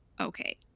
Okay